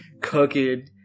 cooking